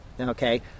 okay